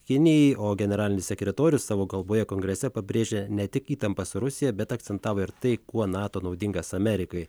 kinijai o generalinis sekretorius savo kalboje kongrese pabrėžė ne tik įtampą su rusija bet akcentavo ir tai kuo nato naudingas amerikai